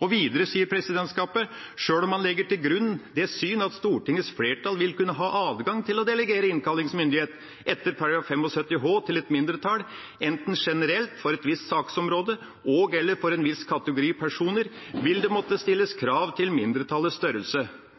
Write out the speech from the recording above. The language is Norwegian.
Og videre sier presidentskapet at «selv om man legger til grunn det syn at Stortingets flertall ville kunne ha adgang til å delegere innkallingsmyndigheten etter § 75 h til et mindretall enten generelt, for et visst saksområde og/eller for en viss kategori personer, ville det måtte stilles krav til mindretallets størrelse».